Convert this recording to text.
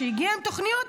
כשהגיעה עם תוכניות,